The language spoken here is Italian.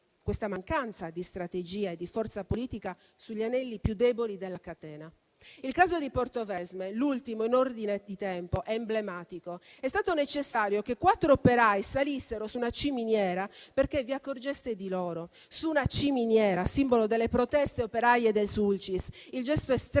questa mancanza di strategia e di forza politica sugli anelli più deboli della catena. Il caso di Portovesme, l'ultimo in ordine di tempo, è emblematico: è stato necessario che quattro operai salissero su una ciminiera perché vi accorgeste di loro; su una ciminiera, simbolo delle proteste operaie del Sulcis, il gesto estremo di chi